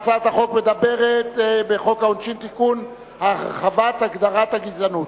הצעת חוק העונשין (תיקון, הרחבת הגדרת הגזענות).